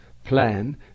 plan